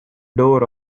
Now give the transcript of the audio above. door